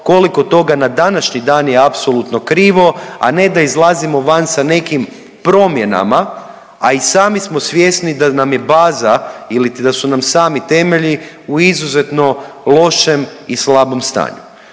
koliko toga na današnji dan je apsolutno krivo, a ne da izlazimo van sa nekim promjenama, a i sami smo svjesni da nam je baza iliti da su nam sami temelji u izuzetno lošem i slabom stanju.